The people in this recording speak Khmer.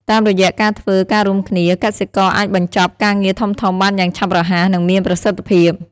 តាមរយៈការធ្វើការរួមគ្នា កសិករអាចបញ្ចប់ការងារធំៗបានយ៉ាងឆាប់រហ័ស និងមានប្រសិទ្ធភាព។